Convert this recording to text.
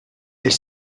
est